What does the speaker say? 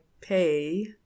pay